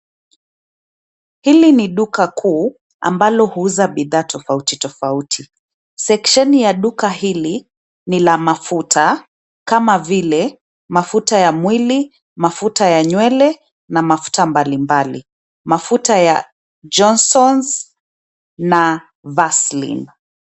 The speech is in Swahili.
Hili ni duka kuu, ambalo huuza bidha tofauti tofauti . Seksheni ya duka hili ni la mafuta, kama vile mafuta ya mwili, mafuta ya nywele na mafuta mbali mbali. Mafuta ya Johnson’s na Vaseline.